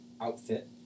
outfit